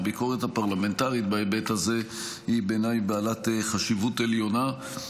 הביקורת הפרלמנטרית בהיבט הזה היא בעיניי בעלת חשיבות עליונה.